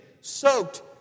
soaked